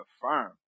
confirm